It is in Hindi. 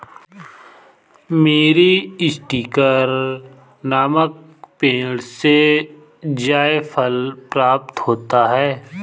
मीरीस्टिकर नामक पेड़ से जायफल प्राप्त होता है